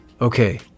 Okay